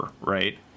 right